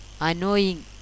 annoying